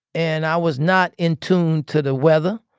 and i was not in tune to the weather.